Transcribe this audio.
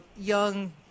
young